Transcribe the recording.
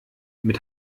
mit